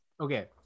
Okay